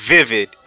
Vivid